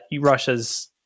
Russia's